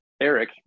Eric